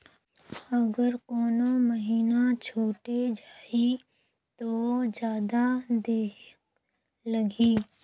अगर कोनो महीना छुटे जाही तो जादा देहेक लगही?